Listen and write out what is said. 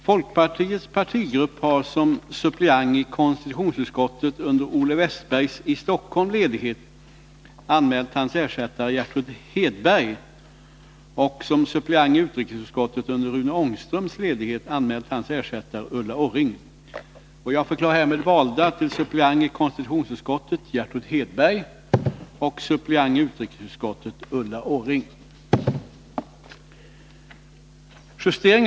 Folkpartiets partigrupp har som suppleant i konstitutionsutskottet under Olle Wästbergs i Stockholm ledighet anmält hans ersättare Gertrud Hedberg och som suppleant i utrikesutskottet under Rune Ångströms ledighet anmält hans ersättare Ulla Orring.